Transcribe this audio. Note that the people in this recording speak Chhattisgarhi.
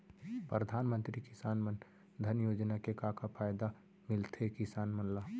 परधानमंतरी किसान मन धन योजना के का का फायदा मिलथे किसान मन ला?